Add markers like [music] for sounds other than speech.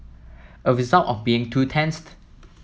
a result of being two [unintelligible]